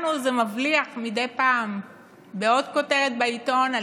לנו זה מבליח מדי פעם בעוד כותרת בעיתון על